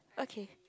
okay